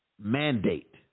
mandate